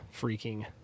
freaking